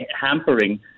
hampering